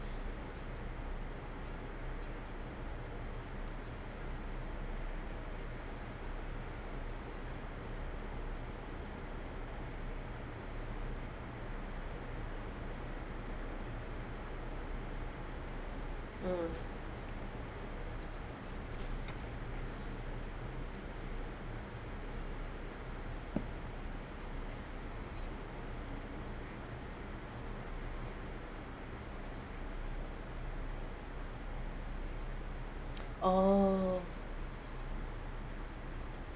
mm oh